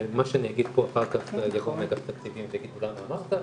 מה שאני אגיד כאן אחר כך זה יגרום לאגף התקציבים שיגידו: למה אמרת?